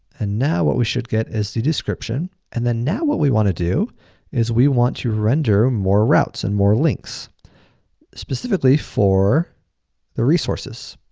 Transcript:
and now, what we should get is the description. and then, now what we wanna do is we want to render more routes and more links specifically for the resources.